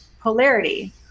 polarity